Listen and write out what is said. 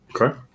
Okay